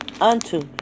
unto